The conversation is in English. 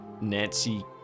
Nancy